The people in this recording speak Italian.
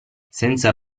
senza